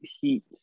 heat